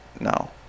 no